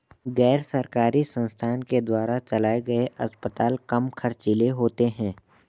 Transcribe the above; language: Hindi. गैर सरकारी संस्थान के द्वारा चलाये गए अस्पताल कम ख़र्चीले होते हैं